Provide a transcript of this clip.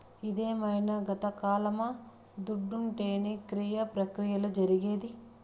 ఇదేమైన గతకాలమా దుడ్డుంటేనే క్రియ ప్రక్రియలు జరిగేది